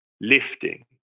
lifting